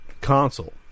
console